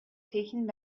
taking